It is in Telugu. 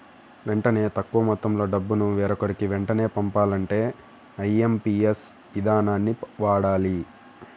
వెంటనే తక్కువ మొత్తంలో డబ్బును వేరొకరికి వెంటనే పంపాలంటే ఐఎమ్పీఎస్ ఇదానాన్ని వాడాలి